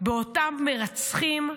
באותם מרצחים,